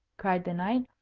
cried the knight.